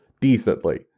decently